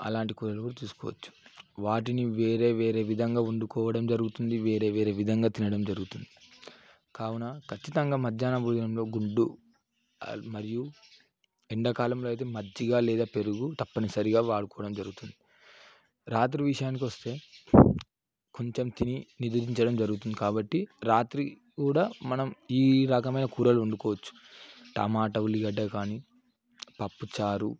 అలాంటి కూరలు కూడా తీసుకోవచ్చు వాటిని వేరే వేరే విధంగా వండుకోవడం జరుగుతుంది వేరే వేరే విధంగా తినడం జరుగుతుంది కావున ఖచ్చితంగా మధ్యాహ్నం భోజనంలో గుడ్డు మరియు ఎండకాలంలో అయితే మజ్జిగ లేదా పెరుగు తప్పనిసరిగా వాడుకోవడం జరుగుతుంది రాత్రి విషయానికి వస్తే కొంచెం తిని నిదురించడం జరుగుతుంది కాబట్టి రాత్రి కూడా మనం ఈ రకమైన కూరలు వండుకోవచ్చు టమాటా ఉల్లిగడ్డ కానీ పప్పు చారు